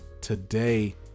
today